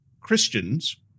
Christians